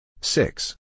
Six